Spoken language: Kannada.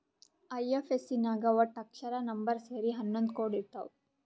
ಐ.ಎಫ್.ಎಸ್.ಸಿ ನಾಗ್ ವಟ್ಟ ಅಕ್ಷರ, ನಂಬರ್ ಸೇರಿ ಹನ್ನೊಂದ್ ಕೋಡ್ ಇರ್ತಾವ್